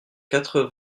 quatre